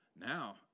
Now